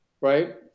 right